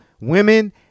women